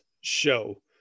show